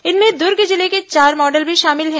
इनमें दुर्ग जिले के चार मॉडल भी शामिल हैं